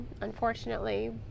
unfortunately